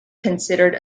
considered